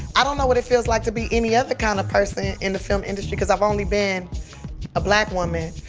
i don't know what it feels like to be any other kinda person in the film industry cuz i've only been a black woman.